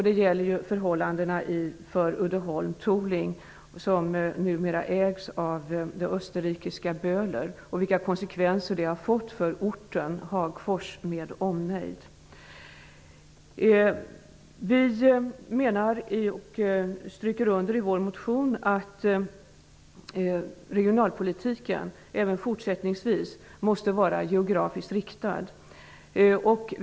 Det gäller förhållandena för Uddeholm-Tooling som numera ägs av det österrikiska företaget Böhler och vilka konsekvenser det har fått för Hagfors med omnejd. Vi understryker i vår motion att regionalpolitiken även fortsättningsvis måste vara geografiskt riktad.